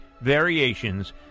variations